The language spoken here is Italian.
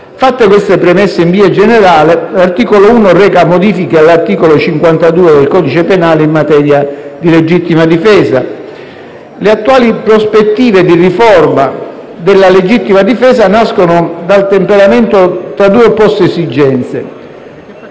Fatte queste premesse in via generale, l'articolo 1 reca modifiche all'articolo 52 del codice penale in materia di legittima difesa. Le attuali prospettive di riforma della legittima difesa nascono dal temperamento tra due opposte esigenze: